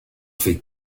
fait